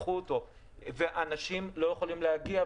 אבל אנשים לא יכולים להגיע,